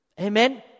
Amen